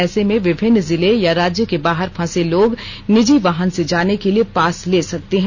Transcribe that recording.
ऐसे में विभिन्न जिले या राज्य के बाहर फंसे लोग निजी वाहन से जाने के लिए पास ले सकते हैं